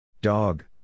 Dog